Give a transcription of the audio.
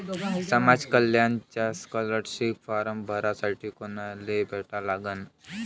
समाज कल्याणचा scholarship form भरासाठी कुनाले भेटा लागन?